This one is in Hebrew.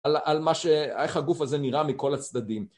על מה ש... איך הגוף הזה נראה מכל הצדדים.